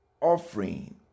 offering